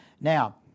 Now